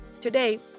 Today